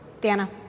Dana